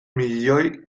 milioi